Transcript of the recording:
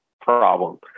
problem